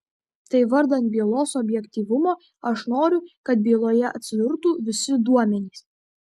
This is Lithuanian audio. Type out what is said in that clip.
tai vardan bylos objektyvumo aš noriu kad byloje atsidurtų visi duomenys